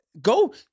go